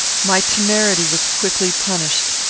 my temerity was quickly punished.